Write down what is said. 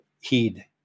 heed